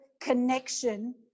connection